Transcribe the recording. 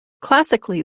classically